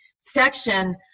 section